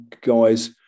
guys